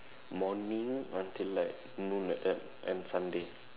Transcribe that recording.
morning until like noon like that and Sunday